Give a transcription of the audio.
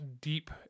deep